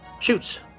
Shoots